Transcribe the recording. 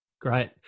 Great